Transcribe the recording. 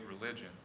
religion